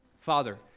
Father